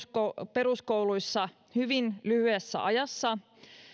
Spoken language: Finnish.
peruskouluissa hyvin lyhyessä ajassa